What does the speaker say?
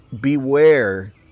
beware